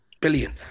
billion